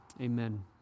Amen